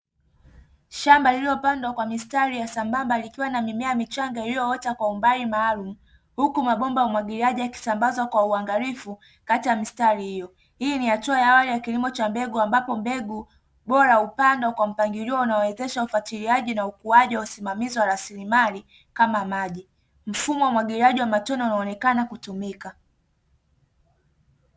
Shamba lililopandwa kwa mistari ya sambamba likiwa na mimea michanga iliyoota kwa umbali maalumu huku mabomba ya umwagiliaji yakisambazwa kwa uangalifu kati ya mistari hiyo. Hii ni hatua ya awali katika kilimo cha mbegu ambapo mbegu bora hupandwa kwa mpangilio unaowezesha ufatiliaji na ukuaji na usimamizi wa rasilimali kama maji. Mfumo wa umwagiliaji wa matone unaonekana kutumika.